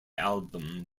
album